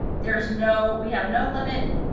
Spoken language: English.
there's no, we have no limit.